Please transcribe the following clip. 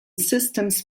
systems